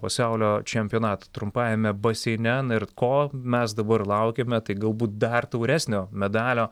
pasaulio čempionat trumpajame baseine na ir ko mes dabar laukiame tai galbūt dar tauresnio medalio